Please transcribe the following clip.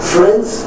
Friends